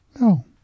No